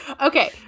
okay